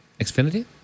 Xfinity